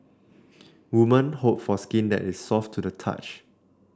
women hope for skin that is soft to the touch